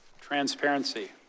Transparency